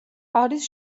არის